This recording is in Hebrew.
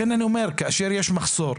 לכן אני אומר, כאשר יש מחסור,